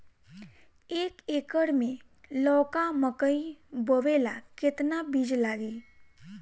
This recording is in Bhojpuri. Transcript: एक एकर मे लौका मकई बोवे ला कितना बिज लागी?